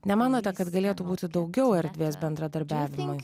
nemanote kad galėtų būti daugiau erdvės bendradarbiavimui